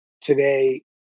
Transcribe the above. today